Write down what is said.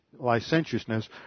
licentiousness